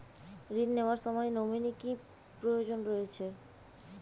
ঋণ নেওয়ার সময় নমিনি কি প্রয়োজন রয়েছে?